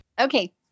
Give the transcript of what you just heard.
Okay